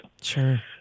Sure